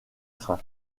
train